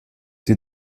sie